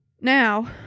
Now